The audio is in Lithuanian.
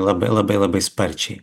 labai labai labai sparčiai